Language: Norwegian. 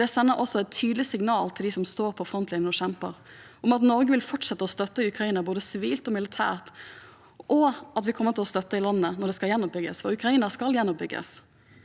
Det sender også et tydelig signal til dem som står i frontlinjen og kjemper, om at Norge vil fortsette å støtte Ukraina, både sivilt og militært, og at vi kommer til å støtte landet når det skal gjenoppbygges – for Ukraina skal gjenoppbygges.